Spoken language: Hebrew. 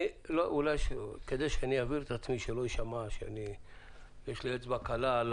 כדי שלא יישמע שיש לי אצבע קלה.